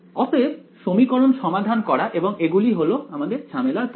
অতএব সমীকরণ সমাধান করা এবং এগুলি হল ঝামেলার পদ